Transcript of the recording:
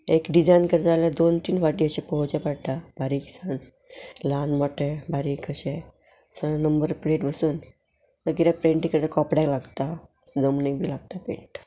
एक डिजायन करता जाल्यार दोन तीन वाटे अशें पोवचें पडटा बारीकसाण ल्हान मोठे बारीक अशें स नंबर प्लेट बसून कितें पेंट करता कपडे लागता जमणीक बी लागता पेंट